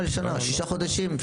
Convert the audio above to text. שישה חודשים.